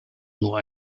nur